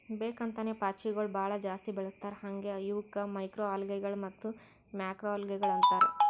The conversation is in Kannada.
ಬೇಕ್ ಅಂತೇನೆ ಪಾಚಿಗೊಳ್ ಭಾಳ ಜಾಸ್ತಿ ಬೆಳಸ್ತಾರ್ ಹಾಂಗೆ ಇವುಕ್ ಮೈಕ್ರೊಅಲ್ಗೇಗಳ ಮತ್ತ್ ಮ್ಯಾಕ್ರೋಲ್ಗೆಗಳು ಅಂತಾರ್